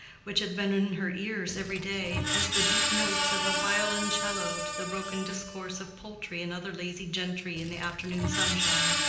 which had been in her ears every day, as the deep notes of a violoncello to the broken discourse of poultry and other lazy gentry in the afternoon sunshine.